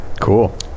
Cool